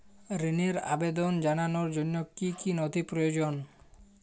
ঋনের আবেদন জানানোর জন্য কী কী নথি প্রয়োজন?